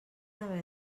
haver